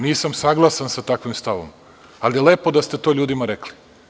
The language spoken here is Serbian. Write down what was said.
Nisam saglasan sa takvim stavom, ali je lepo da ste to ljudima rekli.